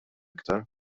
aktar